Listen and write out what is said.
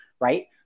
right